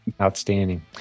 Outstanding